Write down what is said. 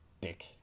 dick